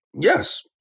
Yes